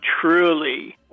truly